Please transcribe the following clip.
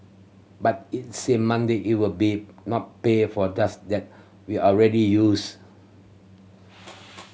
but it said Monday it would be not pay for dose that were already used